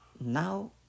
Now